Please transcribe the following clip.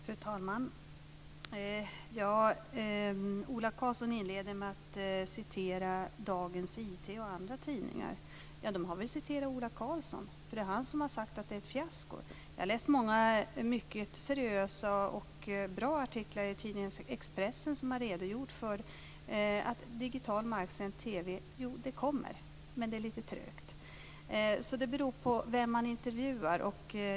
Fru talman! Ola Karlsson inleder med att citera Dagens IT och andra tidningar. De har väl citerat Ola Karlsson. Det är ju han som har sagt att det är ett fiasko. Jag har läst många mycket seriösa och bra artiklar i tidningen Expressen där man har redogjort för att digital marksänd TV kommer men att det är lite trögt. Det beror alltså på vem man intervjuar.